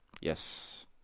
Yes